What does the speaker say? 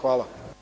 Hvala.